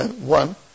one